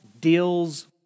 deals